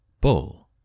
Bull